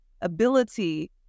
ability